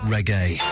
Reggae